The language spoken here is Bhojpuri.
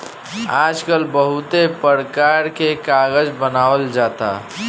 आजकल बहुते परकार के कागज बनावल जाता